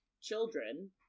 children